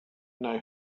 know